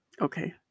Okay